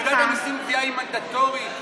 פקודת המיסים (גבייה) היא מנדטורית.